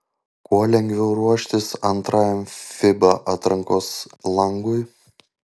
kuo lengviau ruoštis antrajam fiba atrankos langui